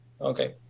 Okay